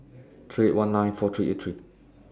three eight one nine four three eight three